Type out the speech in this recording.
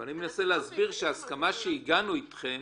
אבל אני מנסה להסביר שההסכמה שהגענו אליה אתכם